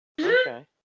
okay